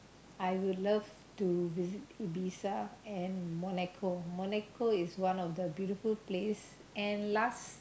I would love to visit Ibiza and Monaco Monaco is one of the beautiful place and last